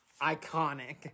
Iconic